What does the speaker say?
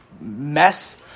mess